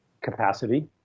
capacity